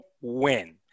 win